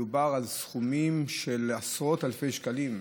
מדובר על סכומים של עשרות אלפי שקלים,